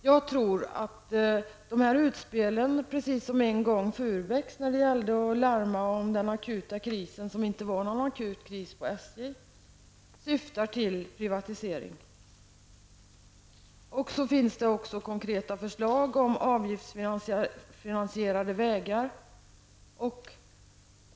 Jag tror att de här utspelen, precis som Furbäcks en gång när det gällde att larma om den akuta krisen som inte var någon akut kris på SJ, syftar till privatisering. Det finns också konkreta förslag om avgiftsfinansierade vägar.